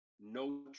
No